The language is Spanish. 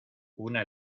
una